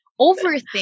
Overthink